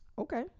Okay